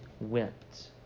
went